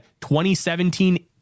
2017